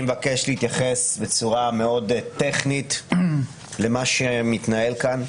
אני מבקש להתייחס בצורה מאוד טכנית למה שמתנהל כאן.